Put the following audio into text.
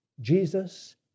Jesus